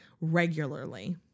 regularly